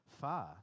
far